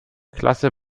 klasse